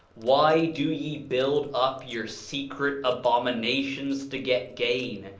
why do ye build up your secret abominations to get gain,